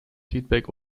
feedback